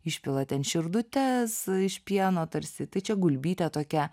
išpila ten širdutes iš pieno tarsi tai čia gulbytė tokia